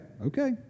Okay